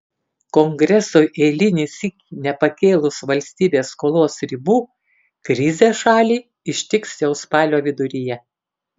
kongresui eilinį sykį nepakėlus valstybės skolos ribų krizė šalį ištiks jau spalio viduryje